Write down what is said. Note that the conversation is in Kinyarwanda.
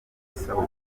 isabukuru